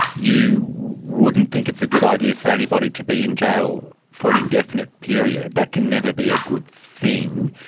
you wouldn't think it's a good idea for anybody to be in jail for an indefinite period, that can never be a good thing.